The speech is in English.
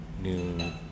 new